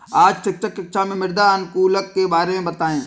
आज शिक्षक कक्षा में मृदा अनुकूलक के बारे में बताएं